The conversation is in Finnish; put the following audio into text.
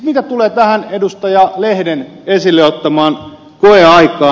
mitä tulee tähän edustaja lehden esille ottamaan koeaikaan